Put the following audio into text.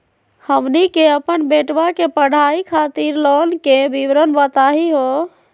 हमनी के अपन बेटवा के पढाई खातीर लोन के विवरण बताही हो?